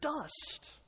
dust